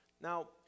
Now